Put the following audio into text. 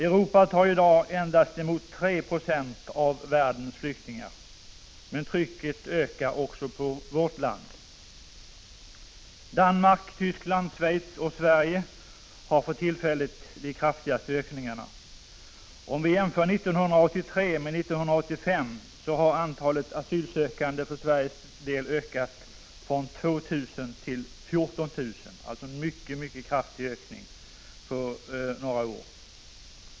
Europa tar i dag endast emot 3 26 av världens flyktingar, men trycket ökar också på vårt land. Danmark, Tyskland, Schweiz och Sverige har för tillfället de kraftigaste ökningarna. Om vi jämför 1983 med 1985 så har antalet asylsökande för Sveriges del ökat från 2 000 till 14 000, alltså en mycket kraftig ökning på några år.